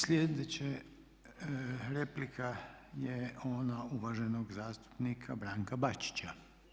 Sljedeća replika je ona uvaženog zastupnika Branka Bačića.